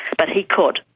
but he could.